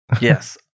Yes